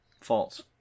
False